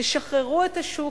תשחררו את השוק,